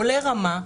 עולה רמה,